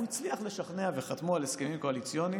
הוא הצליח לשכנע וחתמו על הסכמים קואליציוניים.